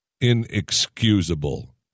inexcusable